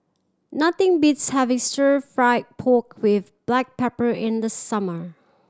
nothing beats having Stir Fry pork with black pepper in the summer